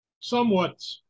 somewhat